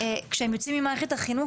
כשהם יוצאים ממערכת החינוך,